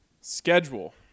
schedule